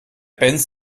benz